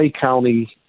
County